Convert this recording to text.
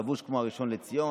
היה לבוש כמו הראשון לציון,